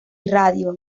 radio